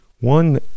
one